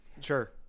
sure